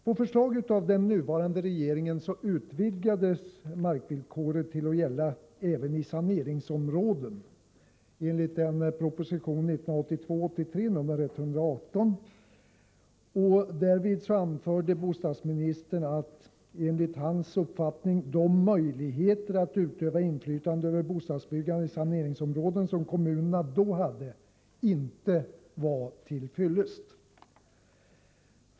På förslag av den nuvarande regeringen utvidgades markvillkoret att gälla även i saneringsområden, enligt proposition 1982/83:118. Därvid anförde bostadsministern att, enligt hans uppfattning, de möjligheter att utöva inflytande över bostadsbyggandet i saneringsområden som kommunerna då hade inte var till fyllest.